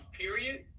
period